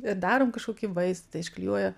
ir darom kažkokį vaizdą išklijuoja